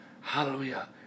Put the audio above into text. Hallelujah